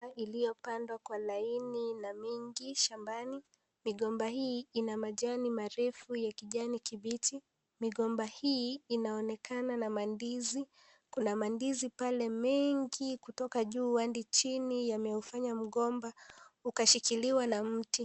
Migomba iliyopandwa kwa laini na mingi shambani, migomba hii ina majani marefu ya kijani kibichi, migomba hii inaonekana na mandizi, kuna mandizi pale mengi kutoka juu hadi chini yanayofanya mgomba ukashikiliwa na mti.